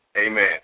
Amen